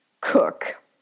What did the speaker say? cook